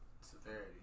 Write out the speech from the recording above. severity